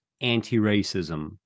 anti-racism